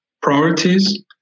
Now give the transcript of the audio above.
priorities